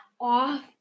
off